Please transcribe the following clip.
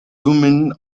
woman